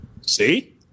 See